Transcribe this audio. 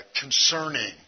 concerning